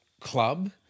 club